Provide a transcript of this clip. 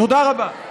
תודה רבה.